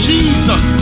Jesus